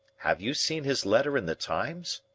have you seen his letter in the times?